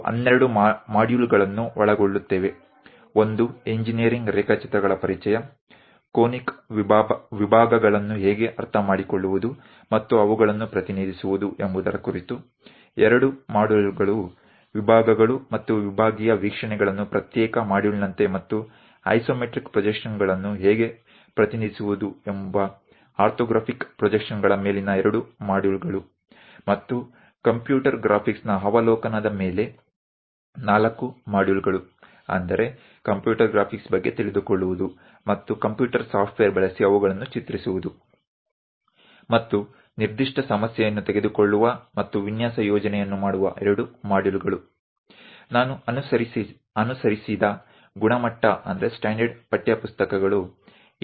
આ અભ્યાસક્રમમાં અમે 12 મોડ્યુલો ને આવરી લઈએ છીએ 1 એન્જિનિયરિંગ ડ્રોઈંગ વિશે ઈન્ટ્રોડકશન સમજણ શંકુ વિભાગોને કેવી રીતે સમજવા અને તેને કેવી રીતે રજુ કરવા તેના 2 મોડ્યુલો ઓર્થોગ્રાફિક પ્રોજેકશન પ્રક્ષેપણ projections પરના 2 મોડ્યુલો જેમાં સેક્શન અને સેકશનલ વ્યુ ને અલગ મોડ્યુલ તરીકે સામેલ કરવામાં આવે છે અને આઈસોમેટ્રિક વ્યુ ને કેવી રીતે રજૂ કરવું તે અને કોમ્પ્યુટર ગ્રાફિક્સ પરના 4 મોડ્યુલો એટલે કે કોમ્પ્યુટર ગ્રાફિક્સ વિશેની જાણકારી અને કોમ્પ્યુટર સોફ્ટવેર નો ઉપયોગ કરીને તેમને દોરવા અને કોઈ ચોક્કસ કોયડાઓ નક્કી કરી અને ડિઝાઇન પ્રોજેક્ટ કરવા ના 2 મોડ્યુલો